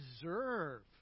deserve